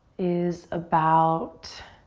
is about